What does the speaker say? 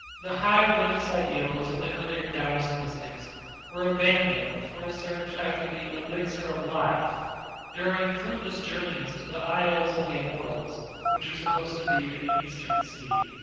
the high religious ideals of the earlier taoist mystics were abandoned for a search after the elixir of life during fruitless journeys to the isles of the immortals which were supposed to be in the eastern sea.